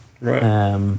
Right